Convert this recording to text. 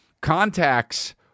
contacts